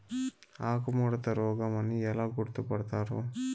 ఆకుముడత రోగం అని ఎలా గుర్తుపడతారు?